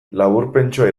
laburpentxoa